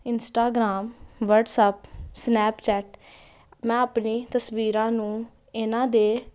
Instagram WhatsApp Snapchat ਮੈਂ ਆਪਣੀ ਤਸਵੀਰਾਂ ਨੂੰ ਇਹਨਾਂ ਦੇ